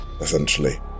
essentially